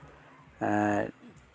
ᱮᱜ